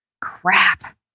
crap